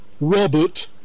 Robert